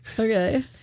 Okay